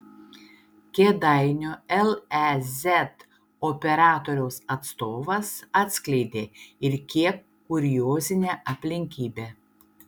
kėdainių lez operatoriaus atstovas atskleidė ir kiek kuriozinę aplinkybę